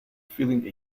feeling